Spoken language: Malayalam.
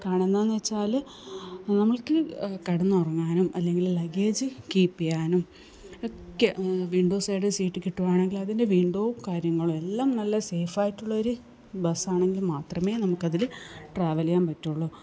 കാരണമെന്താണെന്നുവെച്ചാല് നമ്മൾക്ക് കിടന്നുറങ്ങാനും അല്ലെങ്കില് ലഗേജ് കീപ്പ് ചെയ്യാനും ഒക്കെ വിൻഡോ സൈഡ് സീറ്റ് കിട്ടുകയാണെങ്കില് അതിൻ്റെ വിൻഡോ കാര്യങ്ങളും എല്ലാം നല്ല സെയ്ഫായിട്ടുള്ളൊരു ബസ്സാണെങ്കില് മാത്രമേ നമുക്കതില് ട്രാവല് ചെയ്യാൻ പറ്റുകയുള്ളൂ